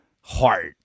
heart